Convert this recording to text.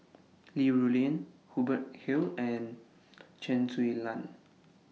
Li Rulin Hubert Hill and Chen Su Lan